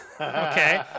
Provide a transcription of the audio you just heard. Okay